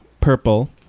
purple